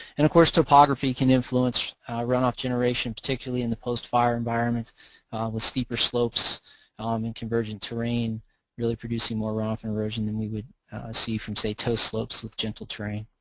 and of course topography can influence runoff generation particularly in the post-fire environment with steeper slopes um in convergent to really producing more runoff and erosion than we would see from say toe slopes with gentle terrain.